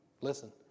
Listen